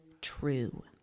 true